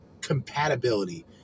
compatibility